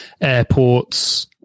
airports